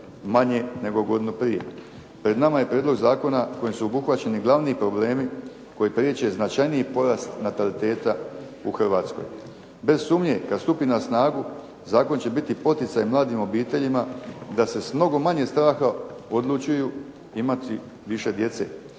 manje nego godinu prije. Pred nama je prijedlog zakona kojim su obuhvaćeni glavni problemi koji priječe značajniji porast nataliteta u Hrvatskoj. Bez sumnje, kada stupi na snagu, zakon će biti poticaj mladim obiteljima da se s mnogo manje straha odlučuju imati više djece.